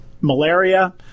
malaria